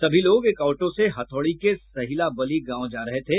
सभी लोग एक ऑटो से हथौड़ी के सहिलाबली गांव जा रहे थे